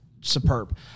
superb